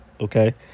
Okay